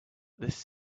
this